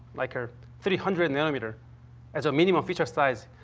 like, ah three hundred nanometer as a minimum feature size.